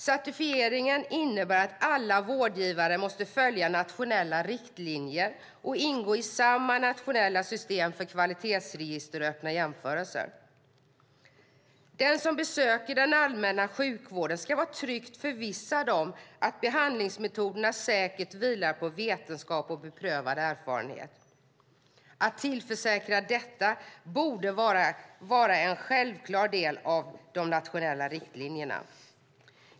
Certifieringen innebär att alla vårdgivare måste följa nationella riktlinjer och ingå i samma nationella system för kvalitetsregister och öppna jämförelser. Den som besöker den allmänna sjukvården ska vara tryggt förvissad om att behandlingsmetoderna säkert vilar på vetenskap och beprövad erfarenhet. Att tillförsäkra detta borde vara en självklar del av de nationella riktlinjerna.